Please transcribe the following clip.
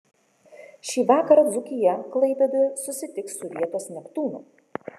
šį vakarą dzūkija klaipėdoje susitiks su vietos neptūnu